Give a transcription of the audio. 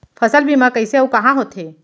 फसल बीमा कइसे अऊ कहाँ होथे?